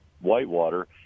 Whitewater